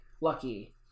Lucky